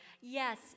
Yes